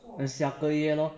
then 下个月